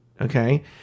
Okay